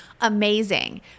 amazing